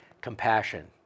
compassion